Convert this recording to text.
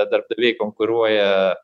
darbdaviai konkuruoja